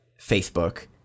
Facebook